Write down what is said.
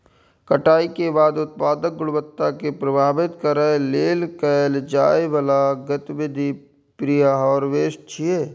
कटाइ के बाद उत्पादक गुणवत्ता कें प्रभावित करै लेल कैल जाइ बला गतिविधि प्रीहार्वेस्ट छियै